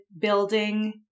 building